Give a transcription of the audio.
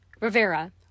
Rivera